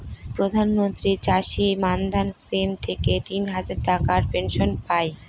প্রধান মন্ত্রী চাষী মান্ধান স্কিম থেকে তিন হাজার টাকার পেনশন পাই